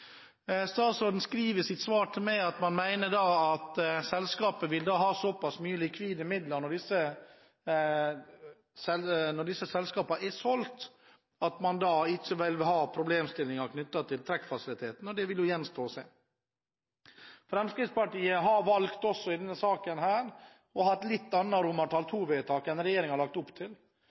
Statsråden skriver i sitt svar til meg at man mener at selskapet vil ha såpass mye likvide midler når disse selskapene er solgt, at man ikke vil ha problemer knyttet til trekkfasiliteten – det gjenstår jo å se. Fremskrittspartiet har i denne saken valgt å sette fram et litt annet forslag til vedtak under II enn regjeringen har lagt opp til,